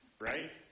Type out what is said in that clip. right